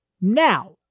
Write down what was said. Now